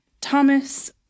Thomas